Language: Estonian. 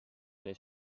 oli